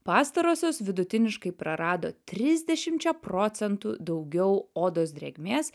pastarosios vidutiniškai prarado trisdešimčia procentų daugiau odos drėgmės